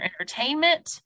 entertainment